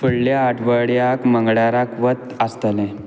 फुडल्या आटवड्यांत मंगळाराक वत आसतलें